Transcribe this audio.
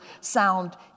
sound